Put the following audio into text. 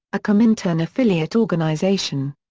a comintern affiliate organization.